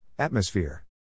Atmosphere